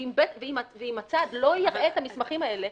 ואם הצד לא יראה את המסמכים האלה,